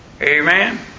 Amen